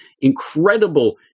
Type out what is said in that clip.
incredible